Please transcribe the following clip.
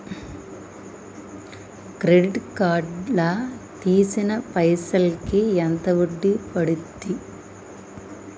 Credit card లా తీసిన పైసల్ కి ఎంత వడ్డీ పండుద్ధి?